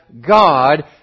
God